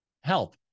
Help